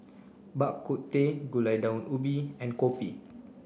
Bak Kut Teh Gulai Daun Ubi and Kopi